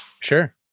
Sure